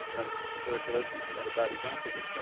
and tuberculosis is not a bad example of this,